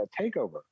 takeover